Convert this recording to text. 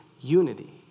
unity